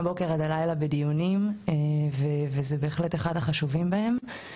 מהבוקר עד הלילה וזה בהחלט אחד מהחשובים שבהם.